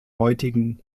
heutigen